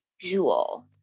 Jewel